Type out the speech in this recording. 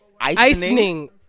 Icing